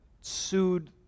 sued